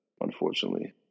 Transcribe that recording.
unfortunately